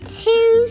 two